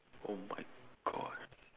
oh my gosh